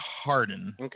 Harden